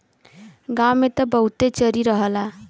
गांव में त बहुते चरी रहला